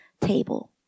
table